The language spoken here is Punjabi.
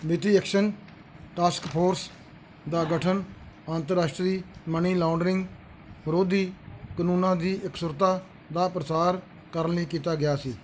ਵਿੱਤੀ ਐਕਸ਼ਨ ਟਾਸਕ ਫੋਰਸ ਦਾ ਗਠਨ ਅੰਤਰਰਾਸ਼ਟਰੀ ਮਨੀ ਲਾਂਡਰਿੰਗ ਵਿਰੋਧੀ ਕਾਨੂੰਨਾਂ ਦੀ ਇਕਸੁਰਤਾ ਦਾ ਪ੍ਰਸਾਰ ਕਰਨ ਲਈ ਕੀਤਾ ਗਿਆ ਸੀ